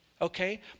okay